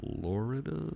Florida